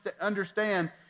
understand